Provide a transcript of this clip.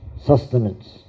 sustenance